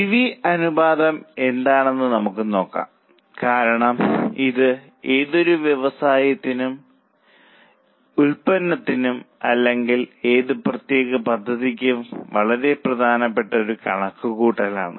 PV അനുപാതം എന്താണെന്ന് നമുക്ക് നോക്കാം കാരണം ഇത് ഏതൊരു വ്യവസായത്തിനും ഏത് ഉൽപ്പന്നത്തിനും അല്ലെങ്കിൽ ഏതെങ്കിലും പ്രത്യേക പദ്ധതിക്കും വളരെ പ്രധാനപ്പെട്ട ഒരു കണക്കുകൂട്ടലാണ്